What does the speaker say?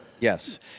Yes